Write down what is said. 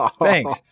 Thanks